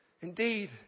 Indeed